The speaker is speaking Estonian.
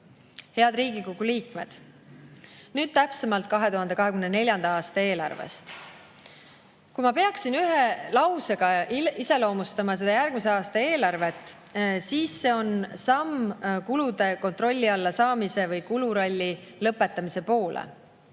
Head Riigikogu liikmed! Nüüd täpsemalt 2024. aasta eelarvest. Kui ma peaksin ühe lausega iseloomustama seda järgmise aasta eelarvet, siis see on samm kulude kontrolli alla saamise või kuluralli lõpetamise poole.